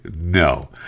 No